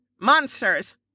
Monsters